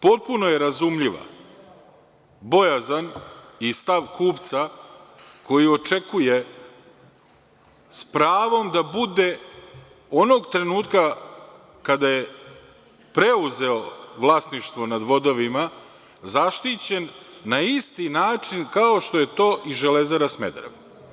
Potpuno je razumljiva bojazan i stav kupca koji očekuje s pravom da bude, onog trenutka kada je preuzeo vlasništvo nad vodovima, zaštićen na isti način kao što je to i „Železara“ Smederevo.